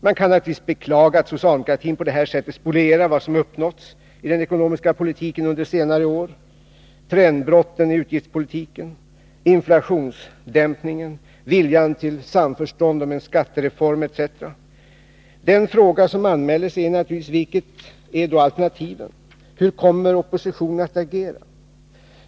Man kan naturligtvis beklaga att socialdemokratin på det här sättet spolierar vad som under senare år uppnåtts i den ekonomiska politiken: trendbrotten i utgiftspolitiken, inflationsdämpningen, viljan till samförstånd om en skattereform, etc. Den fråga som anmäler sig är naturligtvis: Vilka är då alternativen? Hur kommer oppositionen att agera?